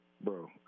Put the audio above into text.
Bro